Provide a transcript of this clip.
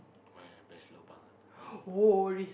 where are best lobang ah um